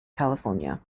california